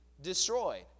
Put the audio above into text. destroyed